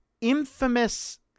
infamous